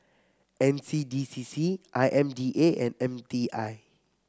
N C D C C I M D A and M D I